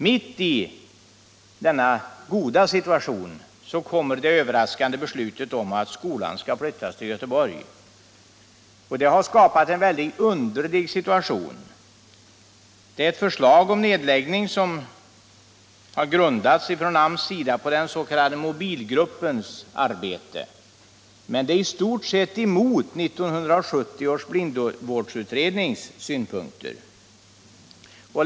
Mitt under dessa goda förhållanden kommer det överraskande beslutet att skolan skall flyttas till Göteborg. Det har skapat en mycket underlig situation. Arbetsmarknadsstyrelsens beslut om nedläggning grundas på resultatet av den s.k. mobilgruppens arbete, men det är i stort sett emot 1960 års blindvårdsutrednings synpunkter.